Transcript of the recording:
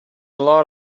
lot